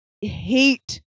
hate